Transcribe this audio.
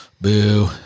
Boo